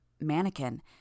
Mannequin